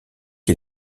est